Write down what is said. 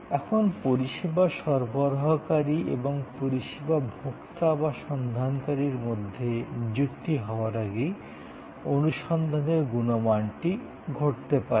এখন পরিষেবা সরবরাহকারী এবং পরিষেবা ভোক্তা বা সন্ধানকারীর মধ্যে নিযুক্তি হওয়ার আগেই অনুসন্ধানের গুণমানটি ঘটতে পারে